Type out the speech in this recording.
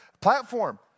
platform